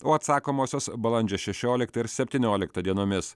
o atsakomosios balandžio šešioliktą ir septynioliktą dienomis